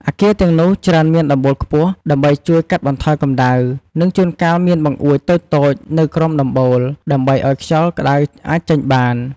អគារទាំងនោះច្រើនមានដំបូលខ្ពស់ ដើម្បីជួយកាត់បន្ថយកម្ដៅ និងជួនកាលមានបង្អួចតូចៗនៅក្រោមដំបូលដើម្បីឱ្យខ្យល់ក្តៅអាចចេញបាន។